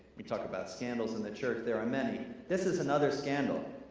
we talk about scandals in the church, there are many. this is another scandal.